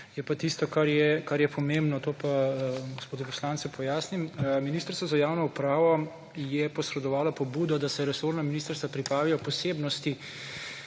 je pa tisto, kar je pomembno, to pa gospodu poslancu pojasnim. Ministrstvo za javno upravo je posredovalo pobudo, da se resorna ministrstva pripravijo posebnosti,